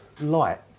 light